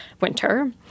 winter